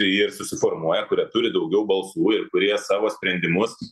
ir susiformuoja kurie turi daugiau balsų ir kurie savo sprendimus